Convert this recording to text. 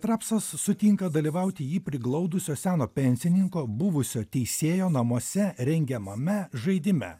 trapsas sutinka dalyvauti jį priglaudusio seno pensininko buvusio teisėjo namuose rengiamame žaidime